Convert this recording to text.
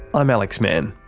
i'm alex mann